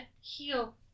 heal